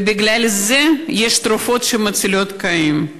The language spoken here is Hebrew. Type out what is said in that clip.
ובגלל זה יש תרופות שמצילות חיים.